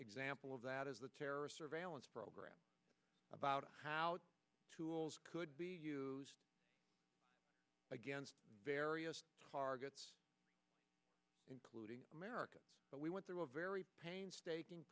example of that is the terrorist surveillance program about how tools could be used against various targets including america but we went through a very painstaking